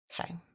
Okay